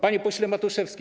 Panie Pośle Matuszewski!